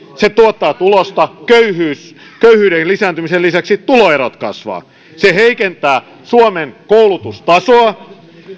se tuottaa tulosta köyhyyden lisääntymisen lisäksi tuloerot kasvavat se heikentää suomen koulutustasoa